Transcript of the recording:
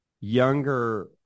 Younger